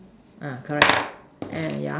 uh correct and yeah